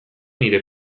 nire